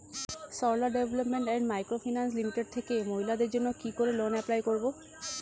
Sarala development and microfinance limited থেকে মহিলাদের জন্য কি করে লোন এপ্লাই করব?